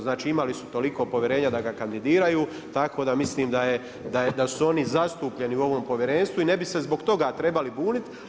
Znači imali su toliko povjerenja da ga kandidiraju, tako da mislim da su oni zastupljeni u ovom povjerenstvu i ne bi se zbog toga trebali buniti.